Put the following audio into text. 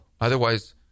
Otherwise